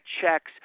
checks